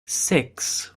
six